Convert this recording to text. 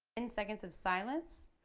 and seconds of silence,